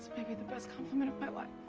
maybe the best compliment of my life.